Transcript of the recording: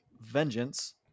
Vengeance